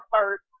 first